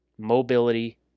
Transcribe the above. Mobility